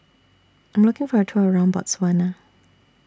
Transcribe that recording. I'm looking For A Tour around Botswana